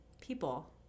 people